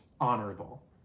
honorable